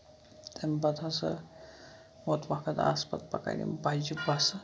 تَمہِ پَتہٕ ہسا ووت وقت آسہٕ پَتہٕ پَکان یِم بَجہِ بَسہٕ